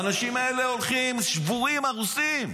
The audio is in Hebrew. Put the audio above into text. האנשים האלה הולכים שבורים, הרוסים.